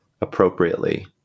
appropriately